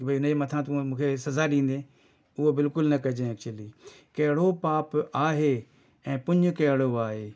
भई हिनजे मथां तूं सजा ॾींदे उहो बिल्कुलु न कजे एक्चुली कहिड़ो पाप आहे ऐं पुञ कहिड़ो आहे